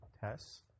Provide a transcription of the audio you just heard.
tests